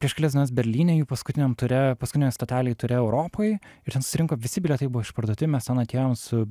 prieš kelias dienas berlyne jų paskutiniam ture paskutinėj stotelėj ture europoj ir ten susirinko visi bilietai buvo išparduoti mes ten atėjom su